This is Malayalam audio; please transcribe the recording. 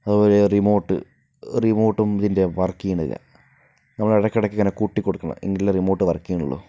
അതുപോലെ റിമോട്ട് റിമോട്ടും ഇതിൻ്റെ വർക്ക് ചെയ്യണില്ല നമ്മൾ ഇടയ്ക്കിടയ്ക്ക് ഇങ്ങനെ കൊട്ടിക്കൊടുക്കണം എങ്കിലെ റിമോട്ട് വർക്ക് ചെയ്യണുള്ളൂ